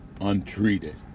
Untreated